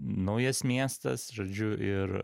naujas miestas žodžiu ir